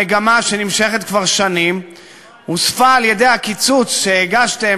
למגמה שנמשכת כבר שנים הוסף הקיצוץ שהגשתם